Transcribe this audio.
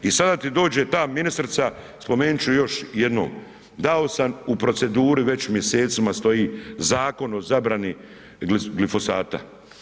I sada ti dođe ta ministrica, spomenut ću još jednom, dao sam u proceduru, već mjesecima stoji Zakon o zabrani glifosata.